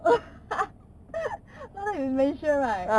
now you mention right